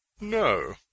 no